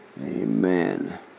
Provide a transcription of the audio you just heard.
Amen